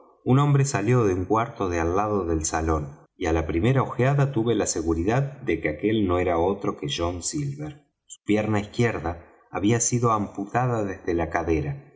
un hombre salió de un cuarto de al lado del salón y á la primera ojeada tuve la seguridad de que aquel no era otro que john silver su pierna izquierda había sido amputada desde la cadera